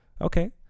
okay